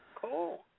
Cool